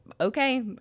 okay